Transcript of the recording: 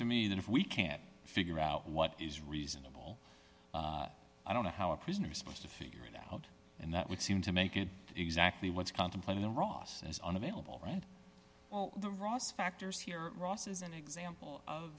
to me that if we can't figure out what is reasonable i don't know how a prisoner is supposed to figure it out and that would seem to make it exactly what's contemplated the ross is unavailable right the ross factors here ross is an example of